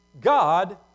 God